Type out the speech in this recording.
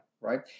right